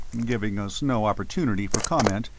giving us no opportunity for comment,